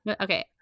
Okay